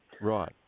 Right